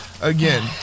again